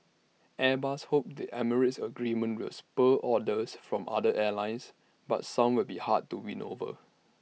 airbus hopes the emirates agreement will spur orders from other airlines but some will be hard to win over